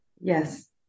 Yes